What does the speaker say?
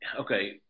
Okay